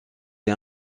est